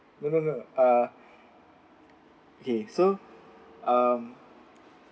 no no no ah okay so um